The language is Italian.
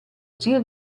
zio